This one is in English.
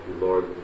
Lord